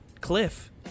Cliff